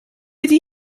ydy